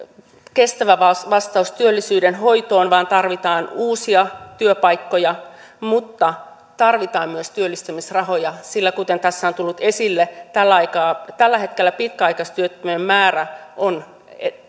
kestävä vastaus vastaus työllisyyden hoitoon vaan tarvitaan uusia työpaikkoja mutta tarvitaan myös työllistämisrahoja sillä kuten tässä on tullut esille tällä hetkellä pitkäaikaistyöttömien määrä on